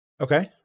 Okay